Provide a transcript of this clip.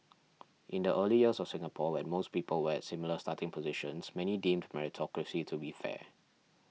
in the early years of Singapore when most people were at similar starting positions many deemed meritocracy to be fair